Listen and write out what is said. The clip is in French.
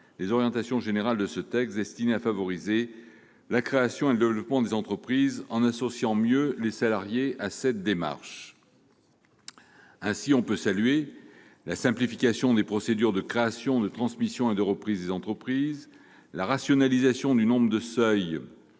les orientations générales de ce texte, destinées à favoriser la création et le développement des entreprises, en associant mieux les salariés à cette démarche. On peut ainsi saluer la simplification des procédures de création, de transmission et de reprise des entreprises, la rationalisation du nombre de seuils